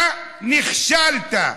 אתה נכשלת.